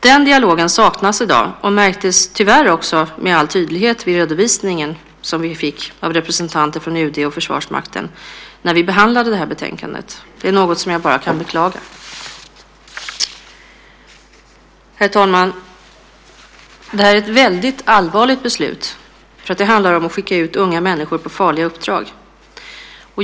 Den dialogen saknas i dag; det märktes - tyvärr - med all tydlighet vid den redovisning vi fick av representanter från UD och Försvarsmakten när vi behandlade detta betänkande. Det är något som jag bara kan beklaga. Herr talman! Detta är ett väldigt allvarligt beslut. Det handlar om att skicka ut unga människor på farliga uppdrag.